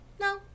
no